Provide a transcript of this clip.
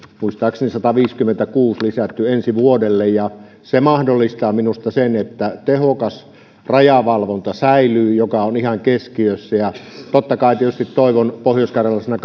muistaakseni sataviisikymmentäkuusi lisätty ensi vuodelle se mahdollistaa minusta sen että tehokas rajavalvonta säilyy mikä on ihan keskiössä ja totta kai tietysti toivon pohjoiskarjalaisena